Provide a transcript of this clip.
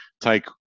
Take